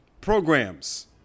programs